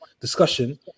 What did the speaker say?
discussion